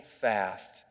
fast